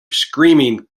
screaming